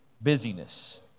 busyness